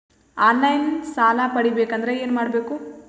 On line ಸಾಲ ಪಡಿಬೇಕಂದರ ಏನಮಾಡಬೇಕು?